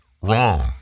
wrong